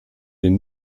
den